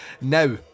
Now